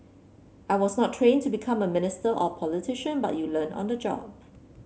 I was not trained to become a minister or a politician but you learn on the job